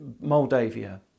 Moldavia